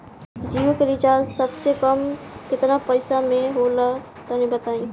जियो के रिचार्ज सबसे कम केतना पईसा म होला तनि बताई?